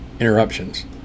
interruptions